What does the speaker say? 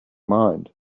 mind